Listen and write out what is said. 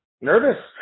nervous